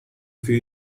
für